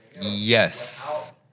Yes